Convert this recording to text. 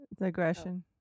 aggression